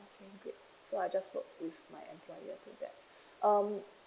so I just work with my employer with that um